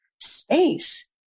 space